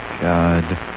God